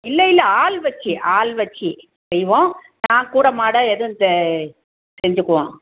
இல்லை இல்லை ஆள் வெச்சு ஆள் வெச்சு செய்வோம் நான் கூடமாட எதுவும் செஞ்சுக்குவோம்